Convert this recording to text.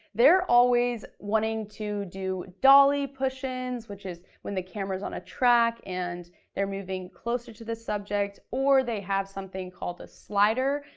they're always wanting to do dolly push ins, which is when the camera's on a track, and they're moving closer to the subject, or they have something called a slider,